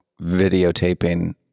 videotaping